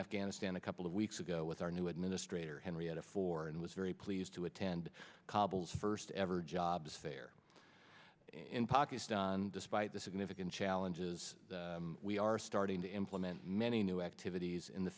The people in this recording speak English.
afghanistan a couple of weeks ago with our new administrator henrietta for and was very pleased to attend cobbles first ever job fair in pakistan despite the significant challenges we are starting to implement many new activities in the